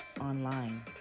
Online